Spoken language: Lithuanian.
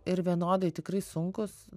ir vienodai tikrai sunkūs